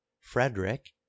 Frederick